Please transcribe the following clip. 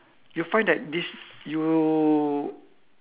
you find that this you